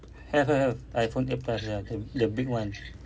have have have iphone eight plus ya the the big one